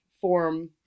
form